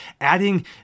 adding